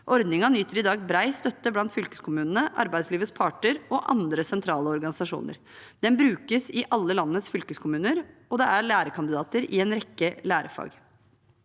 Ordningen nyter i dag bred støtte blant fylkeskommunene, arbeidslivets parter og andre sentrale organisasjoner. Den brukes i alle landets fylkeskommuner, og det er lærekandidater i en rekke lærefag.